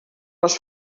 les